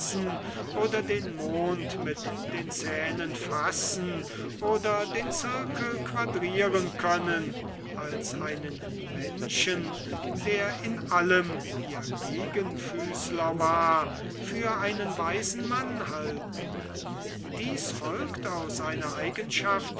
oder den mond mit den zähnen fassen oder den zirkel quadrieren können als einen menschen der in allem ihr gegenfüßler war für einen weisen mann zu halten dies folgt aus einer